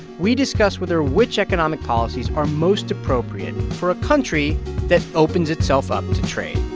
we discuss with her which economic policies are most appropriate for a country that opens itself up to trade.